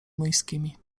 młyńskimi